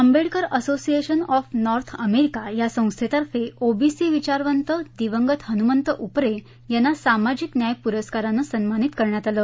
Ambedkar association of North America या संस्थेतर्फे OBC विचारवंत दिवगंत हनुमंत उपरे यांना सामाजिक न्याय प्रस्कारानं सन्मानित करण्यात आलं